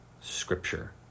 Scripture